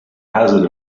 hazard